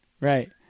Right